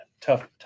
tough